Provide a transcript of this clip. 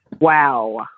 Wow